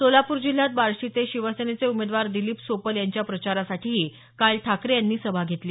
सोलापूर जिल्ह्यात बार्शीचे शिवसेनेचे उमेदवार दिलिप सोपल यांच्य प्रचारासाठीही काल ठाकरे यांनी सभा घेतली